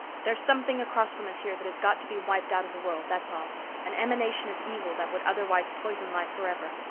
there's something across from us here that has got to be wiped out of the world, that's all an emanation of evil that would otherwise poison life for ever.